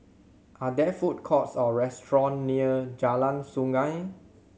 are there food courts or restaurant near Jalan Sungei